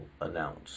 announce